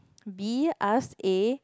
B ask A